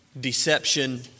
deception